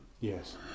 Yes